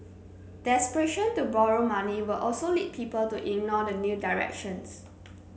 desperation to borrow money will also lead people to ignore the new directions